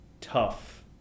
tough